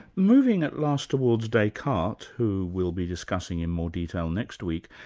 moving at last towards descartes, who we'll be discussing in more detail next week.